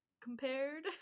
compared